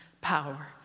power